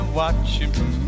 watching